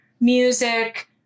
music